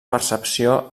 percepció